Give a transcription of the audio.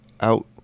out